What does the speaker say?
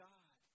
God